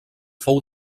fou